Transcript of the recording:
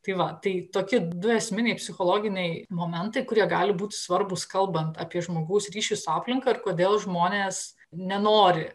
tai va tai tokie du esminiai psichologiniai momentai kurie gali būti svarbūs kalbant apie žmogaus ryšį su aplinka ir kodėl žmonės nenori